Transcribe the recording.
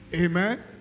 Amen